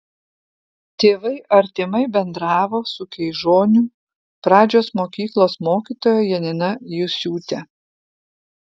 tėvai artimai bendravo su keižonių pradžios mokyklos mokytoja janina jusiūte